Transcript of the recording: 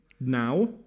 now